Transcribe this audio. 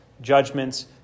judgments